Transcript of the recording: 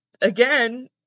again